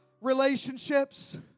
relationships